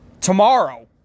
tomorrow